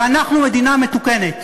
ואנחנו מדינה מתוקנת.